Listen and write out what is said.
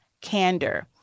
candor